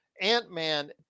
Ant-Man